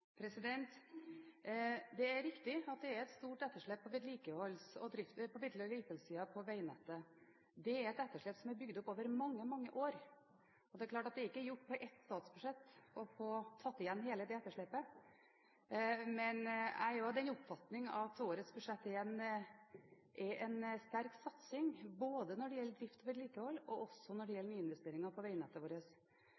Det er riktig at det er et stort etterslep på vedlikeholdssiden på veinettet. Det er et etterslep som er bygd opp over mange, mange år, og det er klart at det er ikke gjort på ett statsbudsjett å ta igjen hele det etterslepet. Men jeg er av den oppfatning at årets budsjett er en sterk satsing når det gjelder både drift og vedlikehold, og også når det